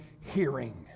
hearing